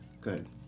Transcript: Good